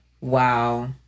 Wow